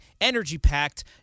energy-packed